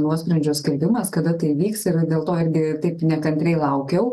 nuosprendžio skelbimas kada tai įvyks ir dėl to irgi taip nekantriai laukiau